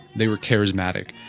they were charismatic.